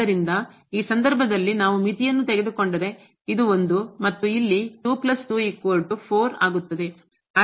ಆದ್ದರಿಂದ ಈ ಸಂದರ್ಭದಲ್ಲಿ ನಾವು ಮಿತಿಯನ್ನು ತೆಗೆದುಕೊಂಡರೆ ಇದು 1 ಮತ್ತು ಇಲ್ಲಿ ಆಗುತ್ತದೆ